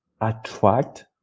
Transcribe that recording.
attract